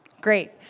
Great